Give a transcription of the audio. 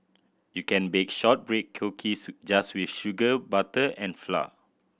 you can bake shortbread cookies just with sugar butter and flour